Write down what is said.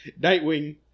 Nightwing